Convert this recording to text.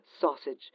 sausage